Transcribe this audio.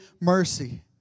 mercy